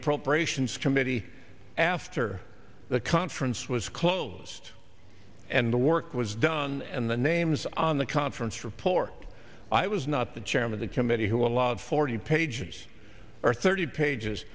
appropriations committee after the conference was closed and the work was done and the names on the conference report i was not chairman the committee who allowed forty pages or thirty pages